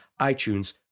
itunes